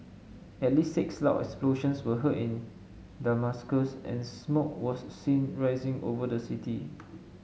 at least six loud explosions were heard in Damascus and smoke was seen rising over the city